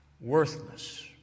worthless